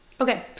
okay